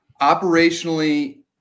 Operationally